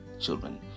children